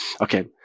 Okay